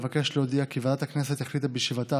אבקש להודיע כי ועדת הכנסת החליטה בישיבתה